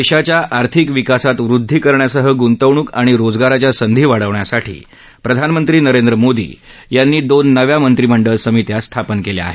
देशाच्या आर्थिक विकासात वृद्धी करण्यासह ग्ंतवणूक आणि रोजगाराच्या संधी वाढवण्यासाठी प्रधानमंत्री नरेंद्र मोदी यांनी दोन नव्या मंत्रिमंडळ समित्या स्थापन केल्या आहेत